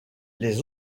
les